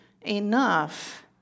enough